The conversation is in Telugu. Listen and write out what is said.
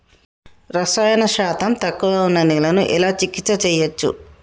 రసాయన శాతం తక్కువ ఉన్న నేలను నేను ఎలా చికిత్స చేయచ్చు?